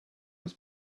was